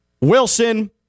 Wilson